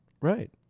right